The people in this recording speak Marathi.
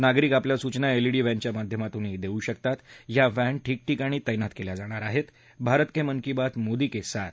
नागरिक आपल्या सूचना एलईडी व्हॅनच्या माध्यमातूनही दस्त्र शकतात या व्हॅन ठिकठिकाणी तप्ति कल्या जाणार आहप्त भारत क मेन की बात मोदी क आथ